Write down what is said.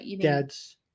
dad's